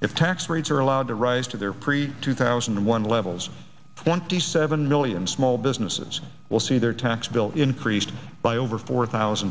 if tax rates are allowed to rise to their pre two thousand and one levels twenty seven million small businesses will see their tax bill increased by over four thousand